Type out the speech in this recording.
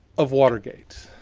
of watergate.